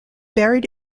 buried